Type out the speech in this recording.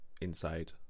Inside